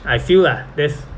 I feel lah that's